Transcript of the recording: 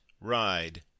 ride